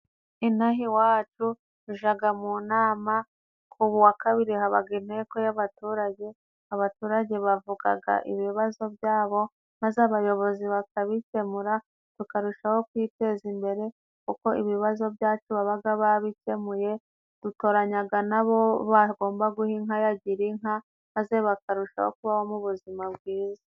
Inaha iwacu tujaga mu nama ku wa kabiri, habaga inteko y'abaturage, abaturage bavugaga ibibazo byabo maze abayobozi bakabikemura, bakarushaho kwiteza imbere kuko ibibazo byacu babaga babikemuye, dutoranyaga n'abo bagomba guha inka ya Gira inka, maze bakarushaho kubaho mo buzima bwiza.